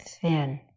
thin